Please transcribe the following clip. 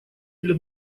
для